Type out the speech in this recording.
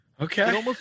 Okay